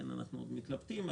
אנחנו עוד מתלבטים,